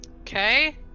Okay